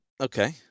Okay